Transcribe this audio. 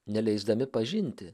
neleisdami pažinti